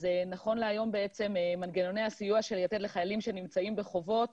אז נכון להיום בעצם מנגנוני הסיוע של יתד לחיילים שנמצאים בחובות